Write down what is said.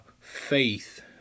faith